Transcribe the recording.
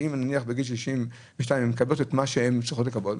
ואם נניח בגיל 62 הן מקבלות את מה שהן צריכות לקבל,